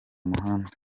muhanda